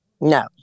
no